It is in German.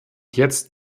jetzt